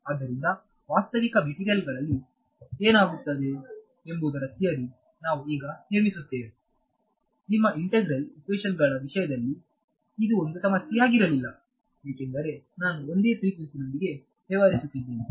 ಆದ್ದರಿಂದ ವಾಸ್ತವಿಕ ಮೆಟೀರಿಯಲ್ ಗಳಲ್ಲಿ ಏನಾಗುತ್ತದೆ ಎಂಬುದರ ಥಿಯರಿ ನಾವು ಈಗ ನಿರ್ಮಿಸುತ್ತೇವೆ ನಿಮ್ಮ ಇಂತೆಗ್ರಲ್ ಇಕ್ವೇಶನ್ ಗಳ ವಿಷಯದಲ್ಲಿ ಇದು ಒಂದು ಸಮಸ್ಯೆಯಾಗಿರಲಿಲ್ಲ ಏಕೆಂದರೆ ನಾನು ಒಂದೇ ಫ್ರಿಕ್ವೆನ್ಸಿ ನದೊಂದಿಗೆ ವ್ಯವಹರಿಸುತ್ತಿದ್ದೇನೆ